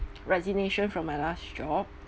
resignation from my last job